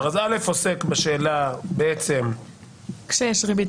(א) בעצם עוסק בשאלה --- כשיש ריבית,